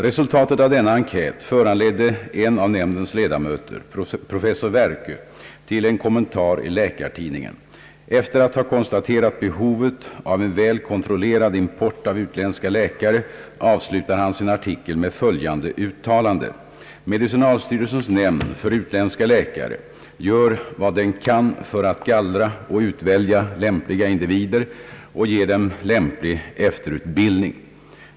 Resultatet av denna enkät föranledde en av nämndens ledamöter, professor Werkö, till en kommentar i Läkartidningen, Efter att ha konstaterat behovet av en väl kontrollerad import av utländska läkare avslutar han sin artikel med följande uttalande: »Medicinalstyrelsens nämnd för utländska läkare gör vad den kan för att gallra och utvälja lämpliga individer och ge dem lämplig efterutbildning.